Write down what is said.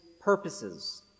purposes